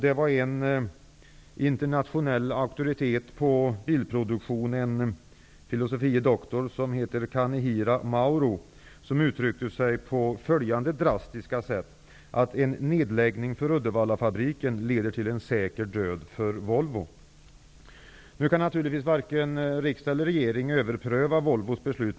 En internationell auktoritet på bilproduktion, filosofie doktor Kanehira Maruo, uttryckte sig på följande drastiska sätt. En nedläggning av Nu kan naturligtvis varken riksdagen eller regeringen överpröva Volvos beslut.